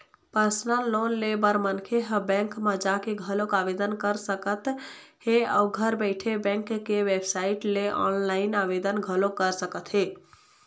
personal loan ले बर मनखे ह बेंक म जाके घलोक आवेदन कर सकत हे अउ घर बइठे बेंक के बेबसाइट ले ऑनलाईन आवेदन घलोक कर सकत हे